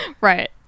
Right